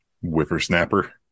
Whippersnapper